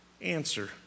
answer